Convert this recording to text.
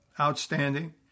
Outstanding